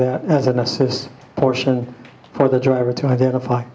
that as an assist portion for the driver to identify